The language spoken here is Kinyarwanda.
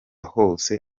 hose